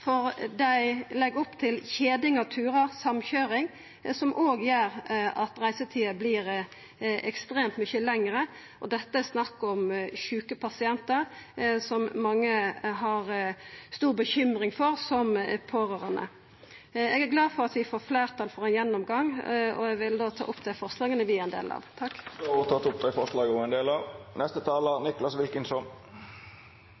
for dei legg opp til kjeding av turar, samkøyring, som òg gjer at reisetida vert ekstremt mykje lengre. Dette er snakk om sjuke pasientar, som mange har stor bekymring for – som dei pårørande. Eg er glad for at vi får fleirtal for ein gjennomgang. Eg vil anbefala tilrådinga frå komiteen. Norge er